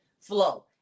flow